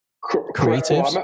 creative